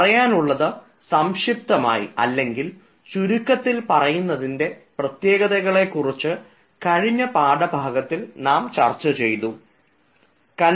പറയാനുള്ളത് സംക്ഷിപ്തമായി അല്ലെങ്കിൽ ചുരുക്കത്തിൽ പറയുന്നതിൻറെ പ്രത്യേകതകളെക്കുറിച്ച് കഴിഞ്ഞ പാഠഭാഗത്തിൽ നാം ചർച്ച ചെയ്തതാണ്